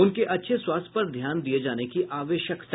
उनके अच्छे स्वास्थ्य पर ध्यान दिये जाने की आवश्यकता